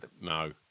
no